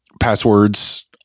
passwords